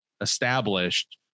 established